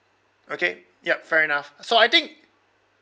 okay yup fair enough so I think